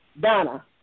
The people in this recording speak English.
Donna